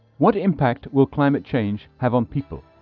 what impact will climate change have on people?